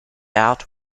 out